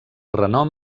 renom